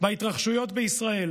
בהתרחשויות בישראל